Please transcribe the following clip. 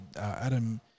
Adam